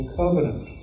covenant